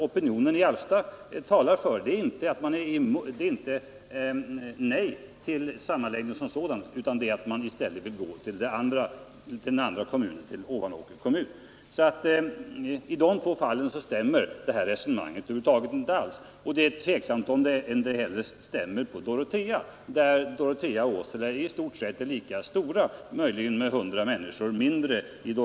Opinionen i Alfta säger inte nej till en sammanläggning som sådan men föredrar en sammanläggning med Ovanåkers kommun framför att bli infogad i den större Bollnäs kommun. I dessa två fall stämmer alltså statsrådets resonemang inte alls. Och det är tveksamt om det stämmer på Dorotea heller. Dorotea och Åsele är i stort sett lika stora, Dorotea har 100 människor mindre.